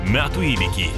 metų įvykį